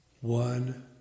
One